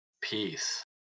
Peace